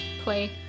play